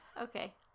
okay